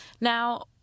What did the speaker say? Now